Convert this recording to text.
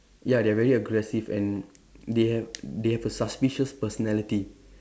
ya they are very aggressive and they have they have a suspicious personality